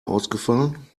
ausgefallen